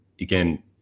again